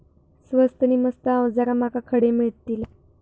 स्वस्त नी मस्त अवजारा माका खडे मिळतीत?